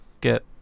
get